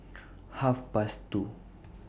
Half Past two